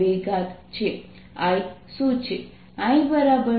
I શું છે